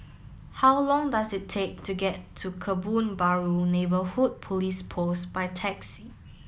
how long does it take to get to Kebun Baru Neighbourhood Police Post by taxi